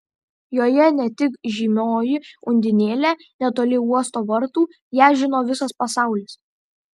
joje ne tik žymioji undinėlė netoli uosto vartų ją žino visas pasaulis